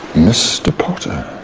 mr. potter.